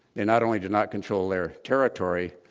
they not only do not control their territory.